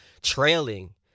trailing